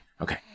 Okay